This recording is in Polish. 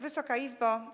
Wysoka Izbo!